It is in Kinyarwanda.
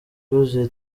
byuzuye